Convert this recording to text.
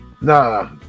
Nah